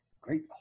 great